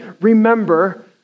remember